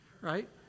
right